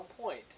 point